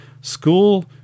School